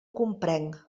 comprenc